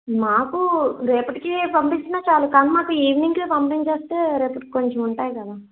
మాకు రేపటికే పంపించినా చాలు కానీ మాకు ఈవినింగ్కే పంపించేస్తే రేపటికి కొంచెం ఉంటాయి కదా